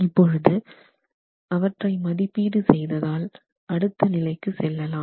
இப்பொழுது அவற்றை மதிப்பீடு செய்ததால் அடுத்த நிலைக்கு செல்லலாம்